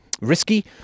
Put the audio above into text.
Risky